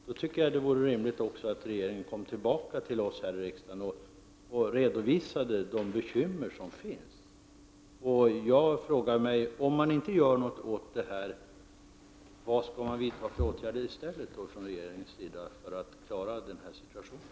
Då tycker jag att det vore rimligt att regeringen kom tillbaka till oss här i riksdagen och redovisade de bekymmer som finns.